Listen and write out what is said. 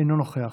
אינו נוכח,